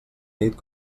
nit